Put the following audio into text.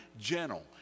gentle